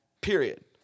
period